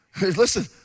Listen